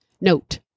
Note